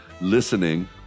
listening